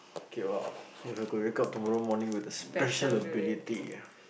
okay !wow! If I could wake up tomorrow morning with a special ability ah